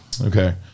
okay